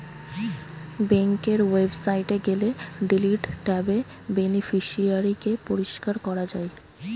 বেংকের ওয়েবসাইটে গেলে ডিলিট ট্যাবে বেনিফিশিয়ারি কে পরিষ্কার করা যায়